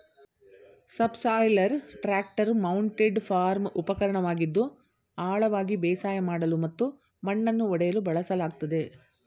subsoiler tractor mounted farm ಉಪಕರಣವಾಗಿದ್ದು ಆಳವಾಗಿ ಬೇಸಾಯ ಮಾಡಲು ಮತ್ತು ಮಣ್ಣನ್ನು ಒಡೆಯಲು ಬಳಸಲಾಗ್ತದೆ